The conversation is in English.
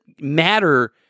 matter